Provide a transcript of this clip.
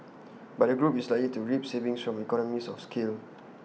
but the group is likely to reap savings from economies of scale